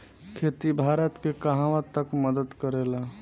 खेती भारत के कहवा तक मदत करे ला?